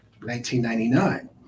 1999